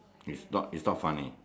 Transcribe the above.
is not is not funny